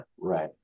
Right